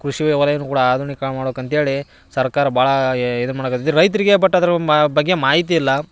ಕೃಷಿಯ ವಲಯವೂ ಕೂಡ ಆಧುನಿಕ ಮಾಡ್ಬೇಕು ಅಂಥೇಳಿ ಸರ್ಕಾರ ಭಾಳ ಏ ಇದು ಮಾಡಾಕತ್ತೈತಿ ರೈತರಿಗೆ ಬಟ್ ಅದ್ರ ಮಾ ಬಗ್ಗೆ ಮಾಹಿತಿ ಇಲ್ಲ